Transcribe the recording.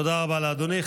תודה רבה לאדוני.